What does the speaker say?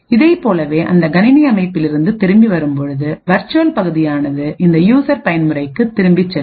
இதைப்போலவேஅந்த கணினி அழைப்பில் இருந்து திரும்பி வரும்பொழுது வெர்ச்சுவல் பகுதியானதுஇந்த யூசர் பயன் முறைக்கு திரும்பிச் செல்லும்